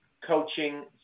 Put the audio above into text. coaching